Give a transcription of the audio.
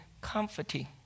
comforting